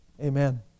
Amen